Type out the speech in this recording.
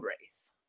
race